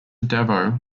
devo